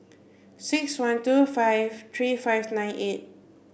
six one two five three five nine eight